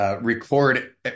record